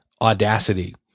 Audacity